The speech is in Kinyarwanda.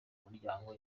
umuryango